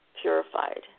purified